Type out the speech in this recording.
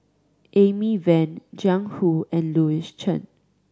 Amy Van Jiang Hu and Louis Chen